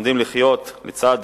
שלומדים לחיות לצד